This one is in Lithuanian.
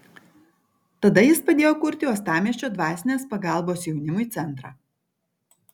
tada jis padėjo kurti uostamiesčio dvasinės pagalbos jaunimui centrą